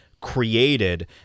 created